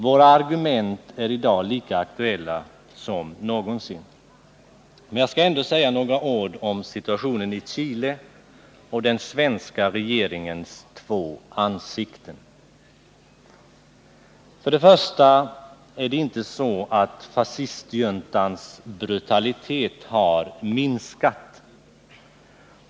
Våra argument är i dag lika aktuella som någonsin. Jag skall ändå säga några ord om situationen i Chile och den svenska regeringens två ansikten. Fascistjuntans brutalitet har inte minskat.